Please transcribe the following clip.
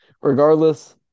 regardless